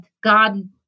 God